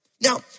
Now